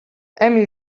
emil